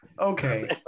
okay